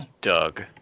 Doug